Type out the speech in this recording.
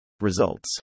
Results